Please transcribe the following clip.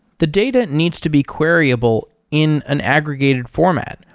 the data needs to be queryable in an aggregated format,